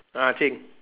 ah cheng